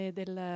del